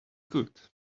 could